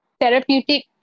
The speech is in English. therapeutic